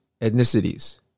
ethnicities